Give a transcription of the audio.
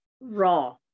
raw